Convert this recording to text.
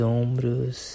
ombros